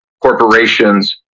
corporations